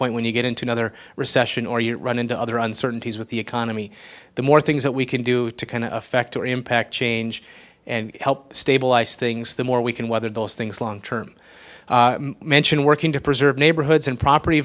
point when you get into another recession or you run into other uncertainties with the economy the more things that we can do to affect or impact change and help stabilize things the more we can weather those things long term mentioned working to preserve neighborhoods and property